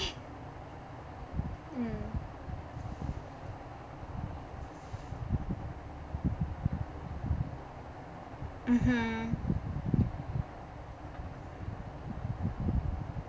mm mmhmm